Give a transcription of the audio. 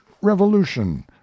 REVOLUTION